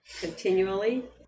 continually